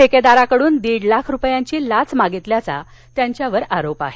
ठेकेदाराकडून दीड लाख रुपयांची लाच मागितल्याचा त्यांच्यावर आरोप आहे